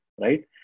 right